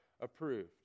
approved